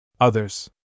Others